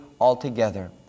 altogether